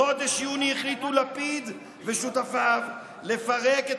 בחודש יוני החליטו לפיד ושותפיו לפרק את